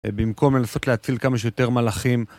במקום לנסות להציל כמה שיותר מלאכים